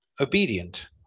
obedient